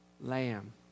Lamb